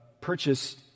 purchase